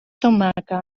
tomaca